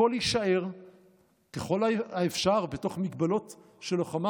הכול יישאר ככל האפשר בתוך מגבלות של לוחמה.